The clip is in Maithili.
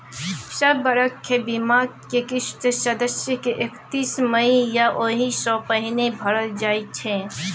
सब बरख बीमाक किस्त सदस्य के एकतीस मइ या ओहि सँ पहिने भरल जाइ छै